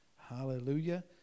Hallelujah